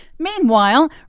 Meanwhile